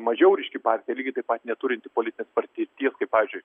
mažiau ryški partija lygiai taip pat neturinti politinės patirties kaip pavyzdžiui